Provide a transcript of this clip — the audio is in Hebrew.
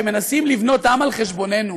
שמנסים לבנות עם על חשבוננו,